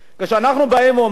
כשאנחנו באים ואומרים,